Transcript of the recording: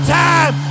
time